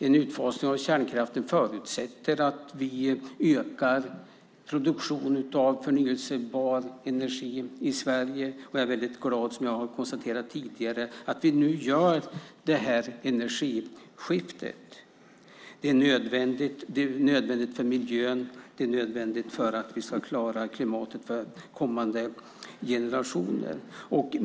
En utfasning av kärnkraften förutsätter att vi ökar produktionen av förnybar energi i Sverige. Jag är väldigt glad, som jag har konstaterat tidigare, att vi nu gör detta energiskifte. Det är nödvändigt för miljön och för att vi ska klara klimatet för kommande generationer.